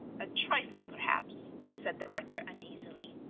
a trifle perhaps, said the rector uneasily.